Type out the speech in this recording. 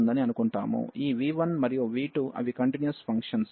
ఈ v1మరియు v2 అవి కంటిన్యూయస్ ఫంక్షన్స్